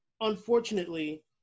unfortunately